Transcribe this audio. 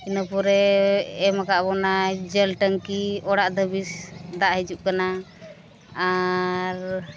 ᱤᱱᱟᱹ ᱯᱚᱨᱮ ᱮᱢᱠᱟᱫ ᱵᱚᱱᱟᱭ ᱡᱚᱞ ᱴᱮᱝᱠᱤ ᱚᱲᱟᱜ ᱫᱷᱟᱹᱵᱤᱡ ᱫᱟᱜ ᱦᱤᱡᱩᱜ ᱠᱟᱱᱟ ᱟᱨ